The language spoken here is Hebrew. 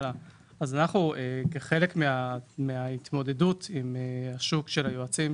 כחלק מההתמודדות עם השוק של היועצים,